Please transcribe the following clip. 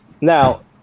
now